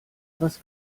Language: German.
was